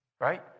Right